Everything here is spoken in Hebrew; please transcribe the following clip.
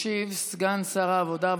ישיב סגן שר העבודה,